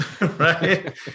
right